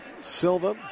Silva